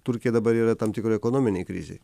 turkija dabar yra tam tikroj ekonominėj krizėj